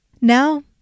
Now